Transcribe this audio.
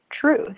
truth